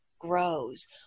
grows